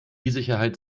sicherheit